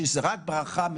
יש לכם פור מטורף,